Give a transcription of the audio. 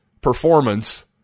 performance